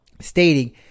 Stating